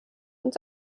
uns